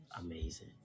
Amazing